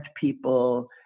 people